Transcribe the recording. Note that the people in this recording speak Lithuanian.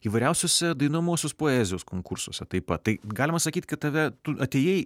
įvairiausiose dainuojamosios poezijos konkursuose taip pat tai galima sakyti kad tave tu atėjai